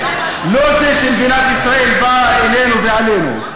לא שמדינת ישראל באה אלינו ועלינו.